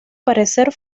parecer